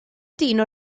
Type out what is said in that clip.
dyn